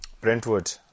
Brentwood